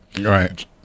Right